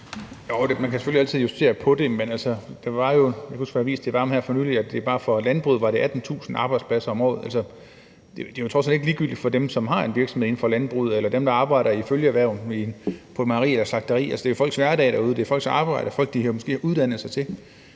jeg kan ikke huske, hvad for en det var – at det bare i forhold til landbruget var 18.000 arbejdspladser om året. Altså, det er jo trods alt ikke ligegyldigt for dem, som har en virksomhed inden for landbruget, eller dem, der arbejder i følgeerhverv på et mejeri eller et slagteri. Det er jo folks hverdag derude; det er folks arbejde, som de måske har uddannet sig til;